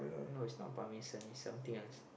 no it's not parmesan it's something else